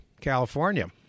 california